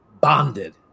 bonded